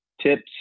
tips